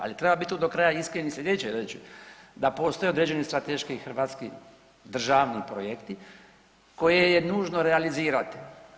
Ali treba biti do kraja iskren i sljedeće reći, da postoje određeni strateški hrvatski državni projekti koje je nužno realizirati.